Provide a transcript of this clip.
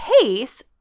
case